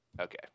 okay